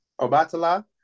Obatala